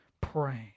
praying